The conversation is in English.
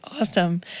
Awesome